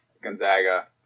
Gonzaga